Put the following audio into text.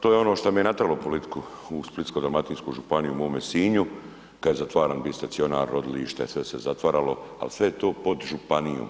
To je ono što me i natjeralo u politiku u Splitsko-dalmatinsku županiju u mome Sinju kad je zatvaran bio stacionar, rodilište, sve se zatvaralo, al sve je to pod županijom.